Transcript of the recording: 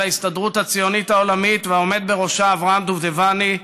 ההסתדרות הציונית העולמית והעומד בראשה אברהם דובדבני,